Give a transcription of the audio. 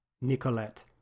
Nicolette